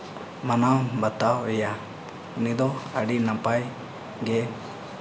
ᱢᱟᱱᱟᱣ ᱵᱟᱛᱟᱣᱮᱭᱟ ᱩᱱᱤ ᱫᱚ ᱟᱹᱰᱤ ᱱᱟᱯᱟᱭ ᱜᱮ